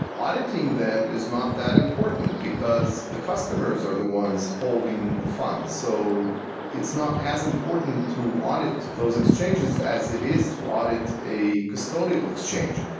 auditing them is not that important, because the customers are the ones holding the funds. so it's not as important to audit those exchanges as it is to audit a custodial exchange,